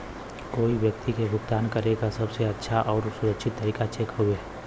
कोई व्यक्ति के भुगतान करे क सबसे अच्छा आउर सुरक्षित तरीका चेक हउवे